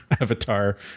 avatar